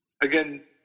Again